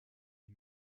est